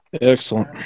Excellent